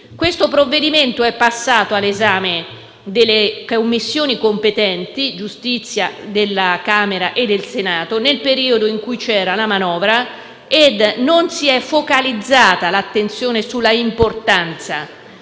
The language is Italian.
Questo provvedimento è passato all'esame delle competenti Commissioni giustizia della Camera e del Senato nel periodo della manovra, ma non si è focalizzata l'attenzione sull'importanza